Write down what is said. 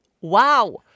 Wow